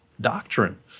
doctrine